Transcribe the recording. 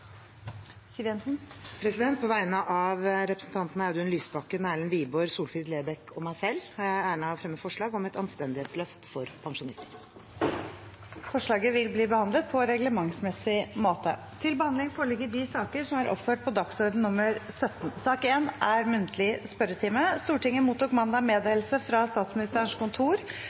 På vegne av representantene Audun Lysbakken, Erlend Wiborg, Solfrid Lerbrekk og meg selv har jeg æren av å fremme forslag om et anstendighetsløft for pensjonistene. Forslaget vil bli behandlet på reglementsmessig måte. Stortinget mottok mandag meddelelse fra Statsministerens kontor om at statsrådene Guri Melby, Monica Mæland og Linda Hofstad Helleland vil møte til muntlig spørretime.